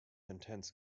intense